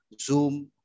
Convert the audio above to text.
Zoom